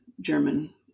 German